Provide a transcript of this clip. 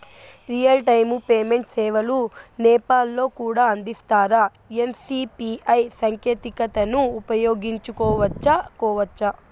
Real time payment సేవలు నేపాల్ లో కూడా అందిస్తారా? ఎన్.సి.పి.ఐ సాంకేతికతను ఉపయోగించుకోవచ్చా కోవచ్చా?